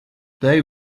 they